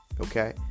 okay